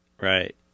Right